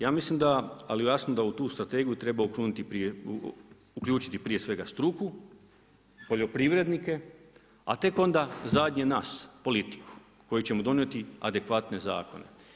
Ja mislim da, ali jasno da u tu strategiju treba uključiti prije svega struku, poljoprivrednike, a tek onda zadnje nas, politiku, koju ćemo donijeti adekvatne zakone.